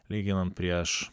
lyginant prieš